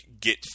get